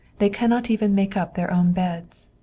they cannot even make up their own beds.